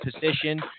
position